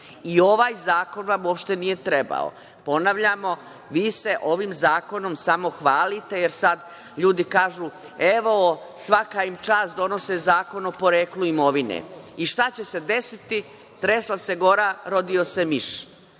I ovaj zakon vam uopšte nije trebao. Ponavljamo, vi se ovim zakonom samo hvalite, jer sad ljudi kažu – evo, svaka im čast, donose Zakon o poreklu imovine. I šta će se desiti? Tresla se gora, rodio se